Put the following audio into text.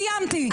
סיימתי.